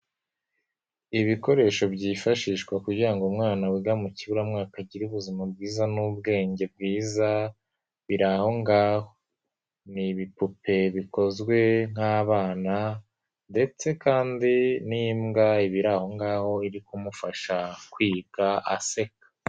Ibikoresho byifashishwa kugira ngo umwana wiga mu kiburamwaka agire ubuzima bwiza n'ubwenge bwiza, biri aho ngaho. Ni ibipupe bikozwe nk'abana ndetse kandi n'imbwa iba iri aho ngaho iri kumufasha kwiga aseka.